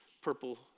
purple